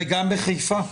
וגם בחיפה.